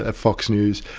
ah fox news,